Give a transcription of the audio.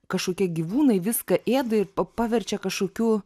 kažkokie gyvūnai viską ėda ir pa paverčia kažkokiu